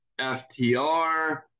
FTR